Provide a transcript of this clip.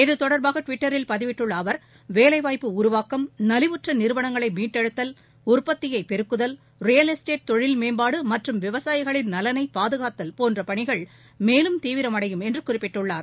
இது தொடர்பாக ட்விட்டரில் பதிவிட்டுள்ள அவர் வேலைவாய்ப்பு உருவாக்கம் நலிவுற்ற நிறுவனங்களை மீட்டெடுத்தல் உற்பத்தியை பெருக்குதல் ரியல் எஸ்டேட் தொழில் மேம்பாடு மற்றும் விவசாயிகளின் நலனைப் பாதுகாத்தல் போன்ற பணிகள மேலும் தீவிரம் அடையும் என்று குறிப்பிட்டுள்ளார்